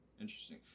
Interesting